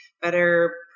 better